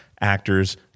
actors